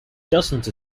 dozens